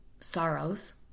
sorrows